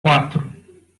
quatro